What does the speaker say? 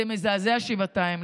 זה מזעזע שבעתיים.